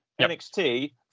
NXT